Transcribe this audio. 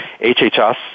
HHS